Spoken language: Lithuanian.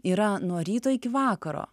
yra nuo ryto iki vakaro